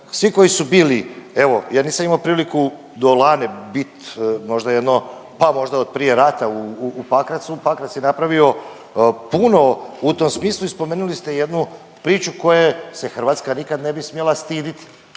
svi koji su bili, evo, ja nisam imao priliku do lane bit možda jedno, pa možda od prije rata u Pakracu, Pakrac je napravio puno u tom smislu i spomenuli ste jednu priču koja je se Hrvatska nikad ne bi smjela stiditi,